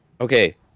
okay